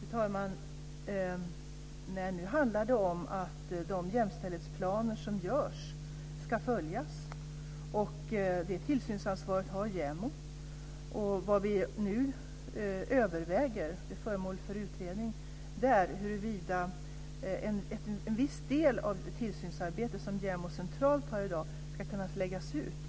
Fru talman! Det handlar om att de jämställdhetsplaner som görs ska följas. Det tillsynsansvaret har JämO. Vad vi nu överväger och som är föremål för utredning är huruvida en viss del av det tillsynsarbete som JämO centralt har ansvar för i dag kan läggas ut på länsstyrelserna